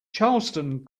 charleston